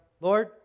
Lord